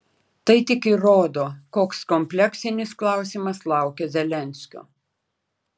tai tik įrodo koks kompleksinis klausimas laukia zelenskio